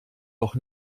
doch